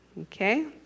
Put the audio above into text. Okay